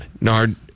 Nard